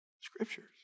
Scriptures